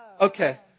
Okay